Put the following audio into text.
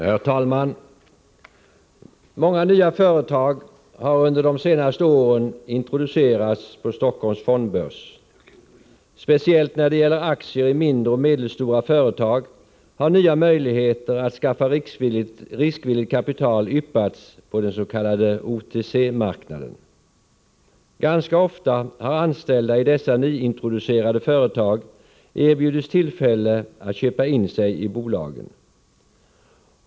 Herr talman! Många nya företag har under de senaste åren introducerats på Stockholms fondbörs. Speciellt när det gäller aktier i mindre och medelstora företag har nya möjligheter att skaffa riskvilligt kapital yppat sig på den s.k. OTC-marknaden. Ganska ofta har anställda i dessa nyintroducerade företag erbjudits att köpa in sig i bolagen.